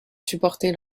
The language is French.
supporter